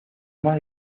más